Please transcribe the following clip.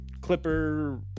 clipper